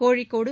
Kozhikode